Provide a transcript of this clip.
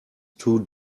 too